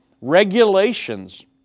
regulations